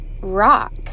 rock